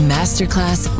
Masterclass